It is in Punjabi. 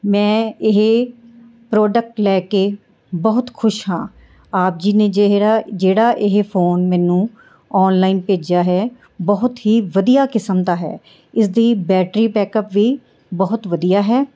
ਮੈਂ ਇਹ ਪ੍ਰੋਡਕਟ ਲੈ ਕੇ ਬਹੁਤ ਖੁਸ਼ ਹਾਂ ਆਪ ਜੀ ਨੇ ਜਿਹੜਾ ਜਿਹੜਾ ਇਹ ਫੋਨ ਮੈਨੂੰ ਔਨਲਾਈਨ ਭੇਜਿਆ ਹੈ ਬਹੁਤ ਹੀ ਵਧੀਆ ਕਿਸਮ ਦਾ ਹੈ ਇਸਦੀ ਬੈਟਰੀ ਪੈਕਅਪ ਵੀ ਬਹੁਤ ਵਧੀਆ ਹੈ